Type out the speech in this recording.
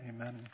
Amen